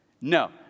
No